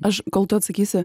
aš kol tu atsakysi